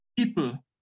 people